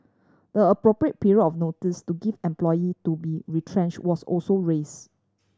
the appropriate period of notice to give employee to be retrenched was also raised